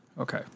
Okay